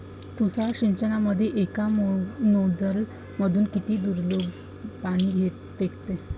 तुषार सिंचनमंदी एका नोजल मधून किती दुरलोक पाणी फेकते?